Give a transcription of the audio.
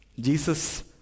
Jesus